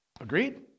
Agreed